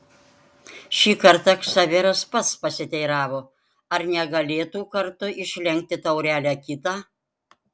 šį kartą ksaveras pats pasiteiravo ar negalėtų kartu išlenkti taurelę kitą